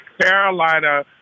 Carolina